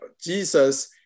Jesus